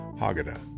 Haggadah